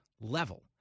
level